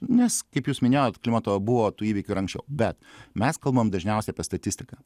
nes kaip jūs minėjot klimato buvo tų įvykių ir anksčiau bet mes kalbam dažniausiai apie statistiką